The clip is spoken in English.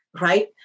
right